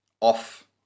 off